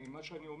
אני אומר